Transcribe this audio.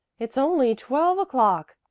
it's only twelve o'clock.